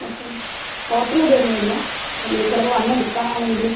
hotel hotel എവിടെ ആയിരുന്നു വരുന്നത് അല്ലെങ്കിൽ ചിലപ്പോൾ വന്ന് എടുക്കാൻ ആണെങ്കിൽ